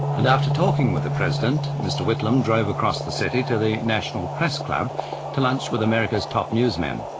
and after talking with the president, mr whitlam drove across the city to the national press club to lunch with america's top newsmen.